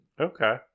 Okay